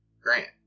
Grant